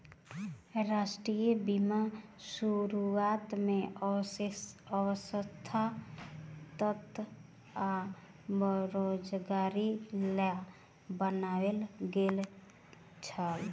राष्ट्रीय बीमा शुरुआत में अस्वस्थता आ बेरोज़गारीक लेल बनायल गेल छल